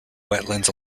wetlands